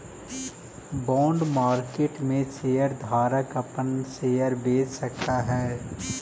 bond market में share धारक अपना शेयर बेच सकऽ हई